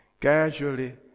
casually